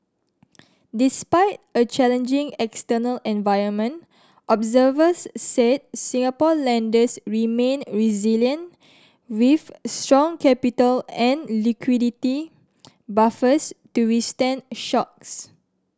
despite a challenging external environment observers said Singapore lenders remain resilient with strong capital and liquidity buffers to withstand shocks